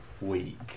week